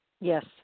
Yes